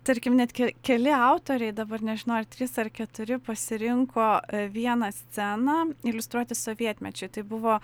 tarkim net ke keli autoriai dabar nežinau ar trys ar keturi pasirinko vieną sceną iliustruoti sovietmečiui tai buvo